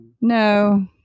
no